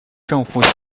政府